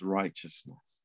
righteousness